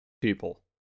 people